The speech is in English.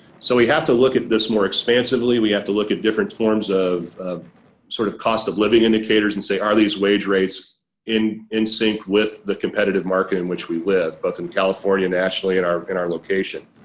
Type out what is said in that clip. so we have to look at this more expansively we have to look at different forms of of sort of cost-of-living indicators and say are these wage rates in in sync with the competitive market in which we live both in california, nationally, and in our location.